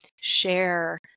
share